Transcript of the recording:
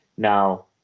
Now